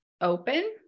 open